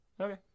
Okay